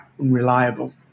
unreliable